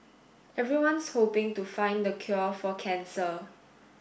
everyone's hoping to find the cure for cancer